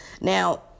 Now